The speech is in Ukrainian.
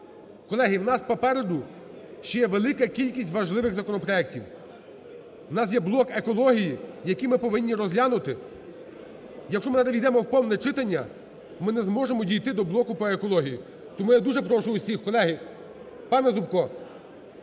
Колеги, в нас попереду ще велика кількість важливих законопроектів. У нас є блок екології, який ми повинні розглянути. Якщо ми зараз ввійдемо в повне читання, ми не зможемо дійти до блоку по екології. Тому я дуже прошу всіх, колеги,